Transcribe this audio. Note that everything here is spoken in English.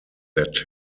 that